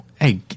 Hey